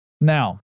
Now